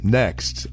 next